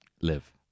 live